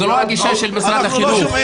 זאת לא הגישה של משרד החינוך.